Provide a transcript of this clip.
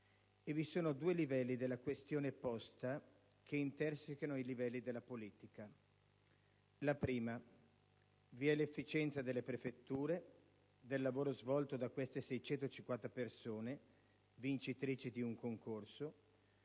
e vi sono due livelli della questione posta, che intersecano quelli della politica. Il primo: vi è l'efficienza delle prefetture, del lavoro svolto da queste 650 persone vincitrici di un concorso